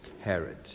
Herod